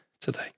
today